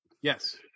Yes